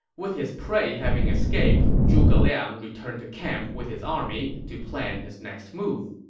with his prey having escaped, zhuge liang returned to camp with his army to plan his next move.